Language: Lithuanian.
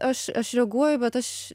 aš aš reaguoju bet aš